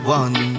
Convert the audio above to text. one